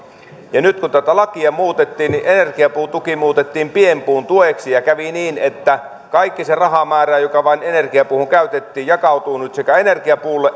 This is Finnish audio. ja nyt kun tätä lakia muutettiin niin energiapuun tuki muutettiin pienpuun tueksi ja kävi niin että kaikki se rahamäärä joka vain energiapuuhun käytettiin jakautuu nyt sekä energiapuulle